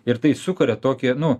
ir tai sukuria tokį nu